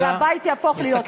לא,